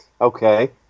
Okay